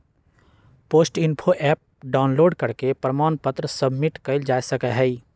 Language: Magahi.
पोस्ट इन्फो ऍप डाउनलोड करके प्रमाण पत्र सबमिट कइल जा सका हई